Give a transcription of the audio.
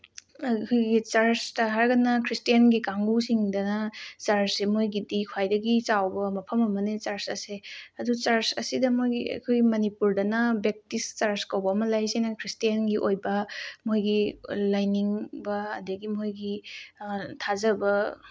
ꯑꯩꯈꯣꯏꯒꯤ ꯆꯔꯁꯇ ꯍꯥꯏꯔꯒꯅ ꯈ꯭ꯔꯤꯁꯇꯦꯟꯒꯤ ꯀꯥꯡꯒꯨꯁꯤꯡꯗꯅ ꯆꯔꯁꯁꯤ ꯃꯣꯏꯒꯤꯗꯤ ꯈ꯭ꯋꯥꯏꯗꯒꯤ ꯆꯥꯎꯕ ꯃꯐꯝ ꯑꯃꯅꯤ ꯆꯔꯁ ꯑꯁꯦ ꯑꯗꯨ ꯆꯔꯁ ꯑꯁꯤꯗ ꯃꯣꯏꯒꯤ ꯑꯩꯈꯣꯏ ꯃꯅꯤꯄꯨꯔꯗꯅ ꯕꯦꯞꯇꯤꯁ ꯆꯔꯁ ꯀꯧꯕ ꯑꯃ ꯂꯩ ꯁꯤꯅ ꯈ꯭ꯔꯤꯁꯇꯦꯟꯒꯤ ꯑꯣꯏꯕ ꯃꯣꯏꯒꯤ ꯂꯥꯏꯅꯤꯡꯕ ꯑꯗꯒꯤ ꯃꯈꯣꯏꯒꯤ ꯊꯥꯖꯕ